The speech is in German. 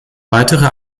weitere